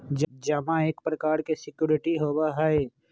जमा एक प्रकार के सिक्योरिटी होबा हई